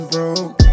Broke